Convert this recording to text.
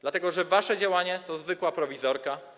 Dlatego że wasze działanie to zwykłe prowizorka.